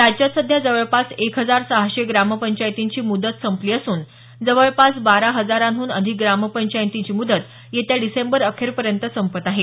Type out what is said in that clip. राज्यात सध्या जवळपास एक हजार सहाशे ग्रामपंचायतींची मुदत संपली असून जवळपास बारा हजारांहून अधिक ग्रामपंचायतींची मुदत येत्या डिसेंबर अखेरपर्यंत संपत आहे